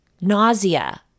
nausea